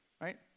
right